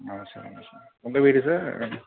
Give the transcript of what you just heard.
ஆமாம் சார் ஆமாம் சார் உங்கள் வீடு சார்